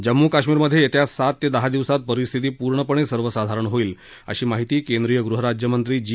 जम्मू कश्मीरमध येत्या सात ते दहा दिवसात परिस्थिती पूर्णपणे सर्वसाधारण होईल अशी माहिती केंद्रीय गृहराज्यमंत्री जी